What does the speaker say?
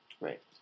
Right